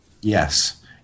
Yes